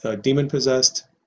demon-possessed